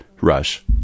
Rush